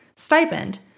stipend